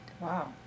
Wow